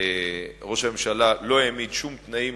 ראש הממשלה לא העמיד שום תנאים